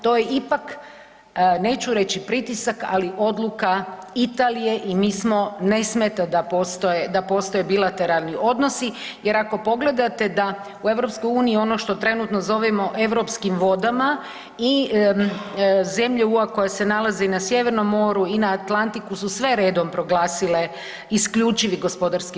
To je ipak, neću reći pritisak, ali odluka Italije i mi smo, ne smeta da postoje bilateralni odnosi jer ako pogledate da u EU ono što trenutno zovemo europskim vodama i zemlje EU-a koje se nalaze i na Sjevernom moru i na Atlantiku su sve redom proglasile IGP.